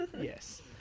Yes